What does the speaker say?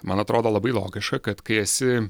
man atrodo labai logiška kad kai esi